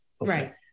Right